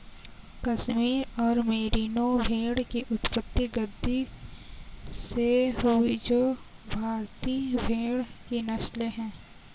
कश्मीर और मेरिनो भेड़ की उत्पत्ति गद्दी से हुई जो भारतीय भेड़ की नस्लें है